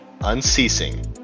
unceasing